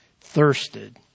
thirsted